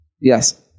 Yes